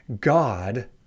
God